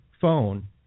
phone